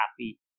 happy